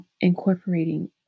incorporating